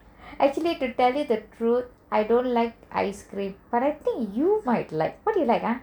actually to tell you the truth I don't like ice cream but I think you might like what do you like ah